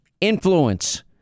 influence